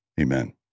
Amen